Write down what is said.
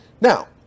Now